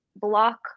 block